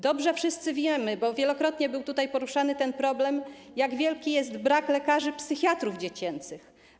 Dobrze wszyscy wiemy - wielokrotnie był tutaj poruszany ten problem - jak wielki jest brak lekarzy psychiatrów dziecięcych.